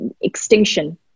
extinction